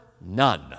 None